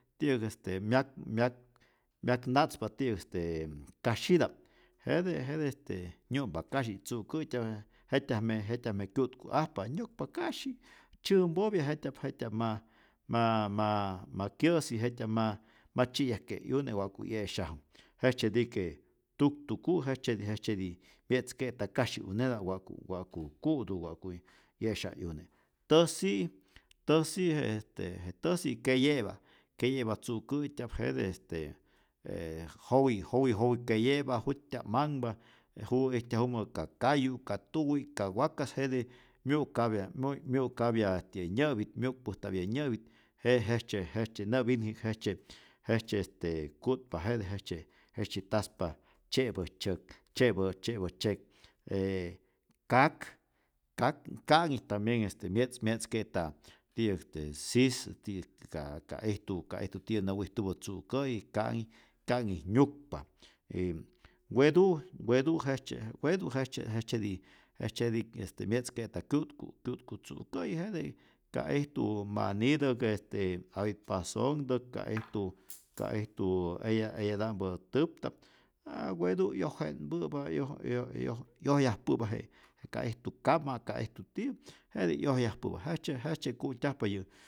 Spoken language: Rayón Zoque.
Ti'yäk este myak myak myakna'tzpa tiyäk este kasyita'p, jete jete nyu'mpa kasyi' tzu'kä'tya'p jetyajme' jetyajme' kyu'tku'ajpa, nyukpa kasyi' tzyämpopya jet'tya'p jet'tya'p ma ma ma ma kyä'si jetya'p ma ma tzyi'yajke'e 'yune wa'ku 'ye'syaju, jejtzyetike' tuktuku' jejtzyeti jejtzyeti mye'tzke'ta kasyi'uneta'p wa'ku wa'ku ku'tu, wa'ku 'ye'sya 'yune', täjsi'i täjsi je este je täjsi keye'pa keye'pa tzu'kä'tya'p, jete este je jowi jowi jowi keye'pa ju jut'tya'p manhpa je juwä ijtyajumä ka kayu, ka tuwi, ka wakas, jete myu'kapya muy myu'kapya este nyä'pi't, myu'kpujtapya nyä'pit, jete jejtzye jejtzye nä'pinji'k jejtzye jejtzye este ku'tpa jete jejtzye taspa tzye'pä tzyäk, tzye'pä tzye'pa tzyek, e kak kak ka'nhi tambien este mye'tz mye'tzke'ta ti'yäk este sis, ti'yäk ka ka ijtu ka ijtu tiyä nä wijtupä tzu'kä'yi ka'nhi ka'nhi nyukpa y wetu' wetu' jejtzye wetu jejtzye jejtzyeti jejtzyeti este mye'tzke'ta kyu'tku' kyu'tku tzu'kä'yi, jete ka ijtu manitäk, este apitpasonhtäk, ka ijtu ka ijtu eya eyata'mpä täpta'p aa wetu' 'yoje'npäpä 'yoj 'yoj 'yoj 'yojyajpäpä je ka ijtu kama, ka ijtu tiyä jetij 'yojyajpäpä jejtzye jejtzye ku'tyajpa yä